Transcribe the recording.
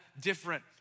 different